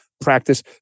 practice